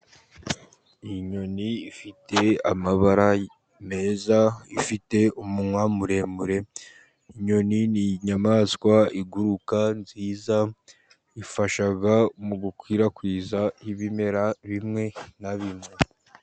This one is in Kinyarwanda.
Iyi inyoni ifite amabara meza, ifite umunwa muremure. Inyoni ni inyamaswa iguruka nziza ifasha mu gukwirakwiza ibimera bimwe na bimwe.